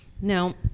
Now